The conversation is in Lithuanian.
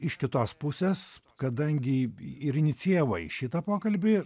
iš kitos pusės kadangi ir inicijavai šitą pokalbį